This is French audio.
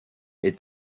est